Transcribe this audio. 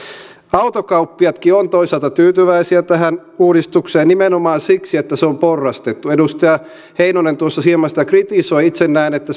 autokauppiaatkin ovat toisaalta tyytyväisiä tähän uudistukseen nimenomaan siksi että se on porrastettu edustaja heinonen tuossa hieman sitä kritisoi itse näen että